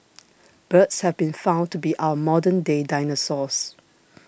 birds have been found to be our modern day dinosaurs